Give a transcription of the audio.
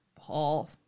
Paul